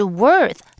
worth